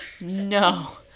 No